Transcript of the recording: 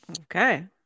Okay